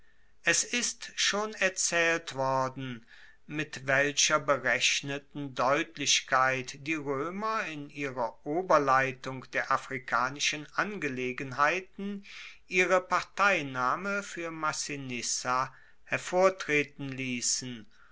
es ist schon erzaehlt worden mit welcher berechneten deutlichkeit die roemer in ihrer oberleitung der afrikanischen angelegenheiten ihre parteinahme fuer massinissa hervortreten liessen